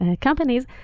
companies